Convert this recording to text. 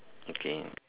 okay